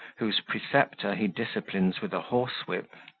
whose preceptor he disciplines with a horsewhip.